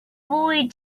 boy